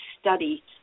study